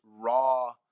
raw